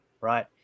right